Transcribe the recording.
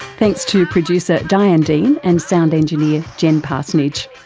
thanks to producer diane dean, and sound engineer jen parsonage.